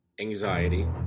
anxiety